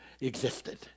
existed